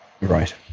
Right